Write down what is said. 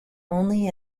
only